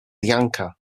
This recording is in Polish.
janka